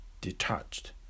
detached